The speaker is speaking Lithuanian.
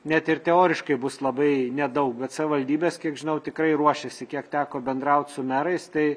net ir teoriškai bus labai nedaug bet savivaldybės kiek žinau tikrai ruošėsi kiek teko bendraut su merais tai